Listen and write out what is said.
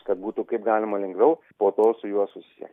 kad būtų kaip galima lengviau po to su juo susisie